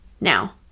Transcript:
Now